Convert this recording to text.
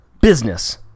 business